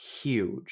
huge